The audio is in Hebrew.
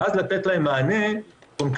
ואז לתת להן מענה קונקרטי,